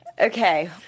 Okay